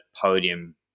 podium